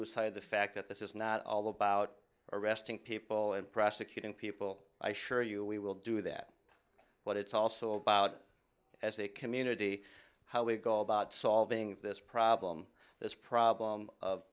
lose sight of the fact that this is not all about arresting people and prosecuting people i assure you we will do that but it's also about as a community how we go about solving this problem this problem of